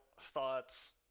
thoughts